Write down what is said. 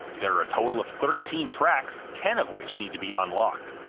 there are a total of thirteen tracks, ten of which need to be unlocked.